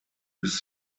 bis